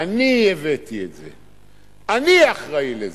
אני הבאתי את זה, אני אחראי לזה.